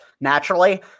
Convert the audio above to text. naturally